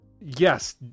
Yes